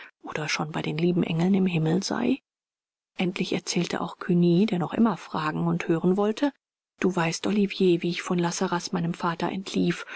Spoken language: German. oder schon bei den lieben engeln im himmel sei endlich erzählte auch cugny der nur immer fragen und hören wollte du weißt olivier wie ich von la sarraz meinem vater entlief